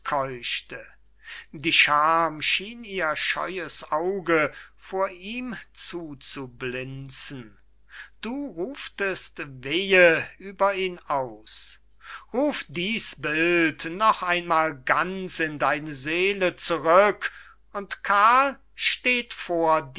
die schaam schien ihr scheues auge vor ihm zuzublinzen du ruftest wehe über ihn aus ruf diß bild noch einmal ganz in deine seele zurück und karl steht vor